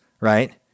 right